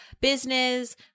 business